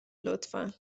لطفا